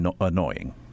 annoying